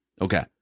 Okay